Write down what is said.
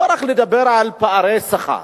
לא לדבר רק על פערי שכר.